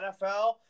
NFL